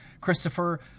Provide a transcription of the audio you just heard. Christopher